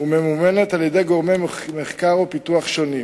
וממומן על-ידי גורמי מחקר ופיתוח שונים,